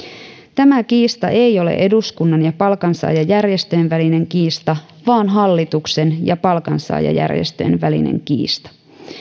tämä kiista ei ole eduskunnan ja palkansaajajärjestöjen välinen kiista vaan hallituksen ja palkansaajajärjestöjen välinen kiista